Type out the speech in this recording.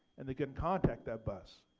and they couldn't contact that bus.